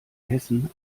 hessen